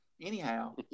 anyhow